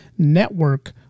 network